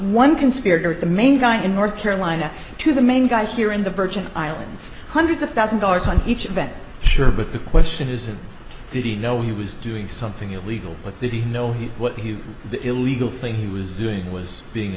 one conspirator the main guy in north carolina to the main guy here in the virgin islands hundreds of thousand dollars on each event sure but the question isn't did he know he was doing something illegal but that he no he what he the illegal thing he was doing was being